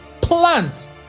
plant